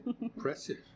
Impressive